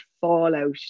fallout